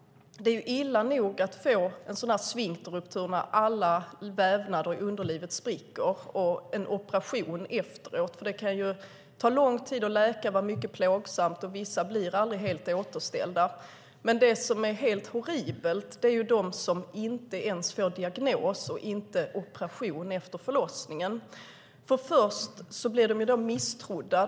Det är illa nog att få en sfinkterruptur då alla vävnader i underlivet spricker och en operation efteråt. Det kan ta lång tid att läka och är mycket plågsamt, vissa blir aldrig helt återställda. Men det som är helt horribelt är att det finns de som inte ens får diagnos och operation efter förlossningen. Först blir de misstrodda.